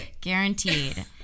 Guaranteed